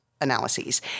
analyses